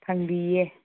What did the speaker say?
ꯐꯪꯕꯤꯌꯦ